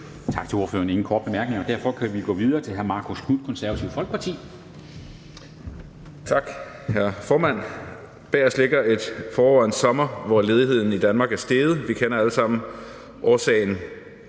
Tak til ordføreren. Der er ingen korte bemærkninger. Derfor kan vi gå videre til hr. Marcus Knuth, Konservative Folkeparti. Kl. 10:44 (Ordfører) Marcus Knuth (KF): Tak, hr. formand. Bag os ligger et forår og en sommer, hvor ledigheden i Danmark er steget. Vi kender alle sammen årsagen.